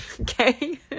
Okay